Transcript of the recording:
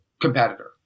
Competitor